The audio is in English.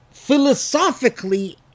philosophically